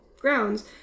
grounds